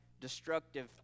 destructive